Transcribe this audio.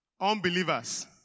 unbelievers